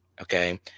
okay